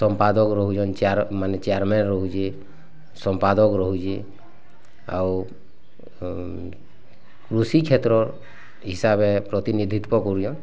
ସଂପାଦକ ରହୁଛନ୍ତି ଚେୟାର୍ ମାନେ ଚେୟାର୍ମ୍ୟାନ୍ ରହୁଛି ସଂପାଦକ ରହୁଛି ଆଉ କୃଷିକ୍ଷେତ୍ର ହିସାବେ ପ୍ରତିନିଧିତ୍ୱ କରିବା